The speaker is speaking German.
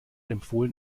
empfohlen